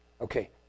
Okay